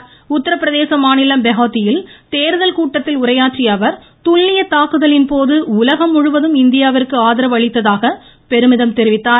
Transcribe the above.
மாநிலம் பெஹோதியில் உத்திரப்பிரதேச தேர்தல் கூட்டத்தில் உரையாற்றியஅவர் துல்லிய தாக்குதலின்போது உலகம் முழுவதும் இந்தியாவிற்கு ஆதரவு அளித்ததாக பெருமிதம் தெரிவித்தார்